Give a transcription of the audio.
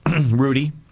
Rudy